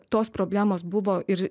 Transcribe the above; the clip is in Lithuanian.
tos problemos buvo ir